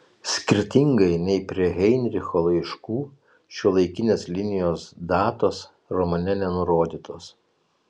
skirtingai nei prie heinricho laiškų šiuolaikinės linijos datos romane nenurodytos